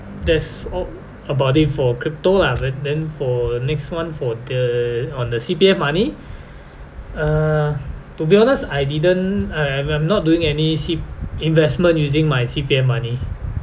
that's all about it for crypto lah then then for next one for the on the C_P_F money ah to be honest I didn't I I am I'm not doing any C~ investment using my C_P_F money